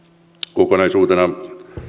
kokonaisuutena